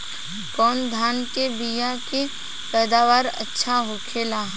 कवन धान के बीया के पैदावार अच्छा होखेला?